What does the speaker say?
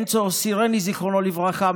אנצו סרני זיכרונו לברכה,